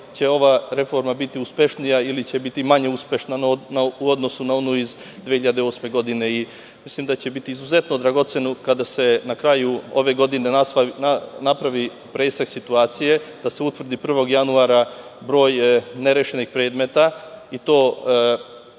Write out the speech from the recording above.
li će ova reforma biti uspešnija ili će biti manje uspešna u odnosu na onu iz 2008. godine. Mislim da će biti izuzetno dragoceno kada se na kraju ove godine napravi presek situacije, da se utvrdi 1. januara broj nerešenih predmeta i to